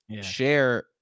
share